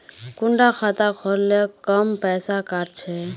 कुंडा खाता खोल ले कम पैसा काट छे?